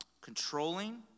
controlling